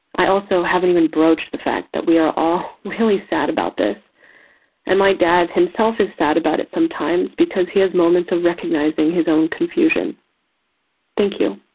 i also haven't even broached the fact that we are all really sad about this and my dad himself is sad about it sometimes because he has moments of recognizing his own confusion thank you.